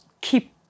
keep